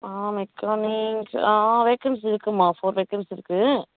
ஆ mechanic ஆ vacancy இருக்கும்மா four vacancy இருக்கு